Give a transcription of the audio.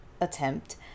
attempt